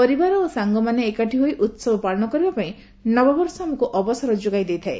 ପରିବାର ଓ ସାଙ୍ଗମାନେ ଏକାଠି ହୋଇ ଉହବ ପାଳନ କରିବା ପାଇଁ ନବବର୍ଷ ଆମକୁ ଅବସର ଯୋଗାଇ ଦେଇଥାଏ